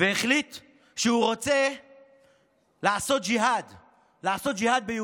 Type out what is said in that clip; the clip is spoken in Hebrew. והחליט שהוא רוצה לעשות ג'יהאד ביהודייה.